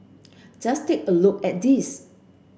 just take a look at these